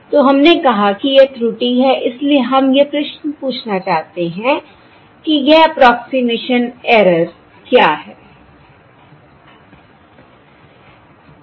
तो हमने कहा कि यह त्रुटि है इसलिए हम यह प्रश्न पूछना चाहते हैं कि यह 'अप्रोक्सिमेशन ऐरर' 'approximation error' क्या है